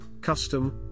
custom